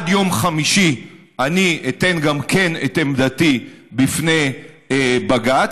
ועד יום חמישי אני אתן גם כן את עמדתי בפני בג"ץ.